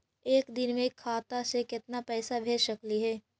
एक दिन में खाता से केतना पैसा भेज सकली हे?